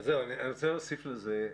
אני רוצה להוסיף לזה.